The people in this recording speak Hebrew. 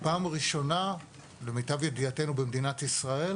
למיטב ידיעתנו פעם ראשונה במדינת ישראל